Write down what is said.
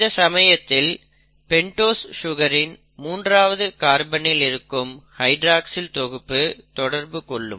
இந்த சமயத்தில் பெண்டோஸ் சுகரின் 3 ஆவது கார்பனில் இருக்கும் ஹைட்ராக்ஸில் தொகுப்பு தொடர்புகொள்ளும்